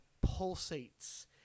pulsates